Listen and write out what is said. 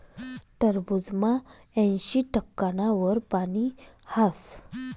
टरबूजमा ऐंशी टक्काना वर पानी हास